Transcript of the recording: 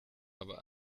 aber